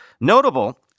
Notable